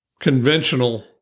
conventional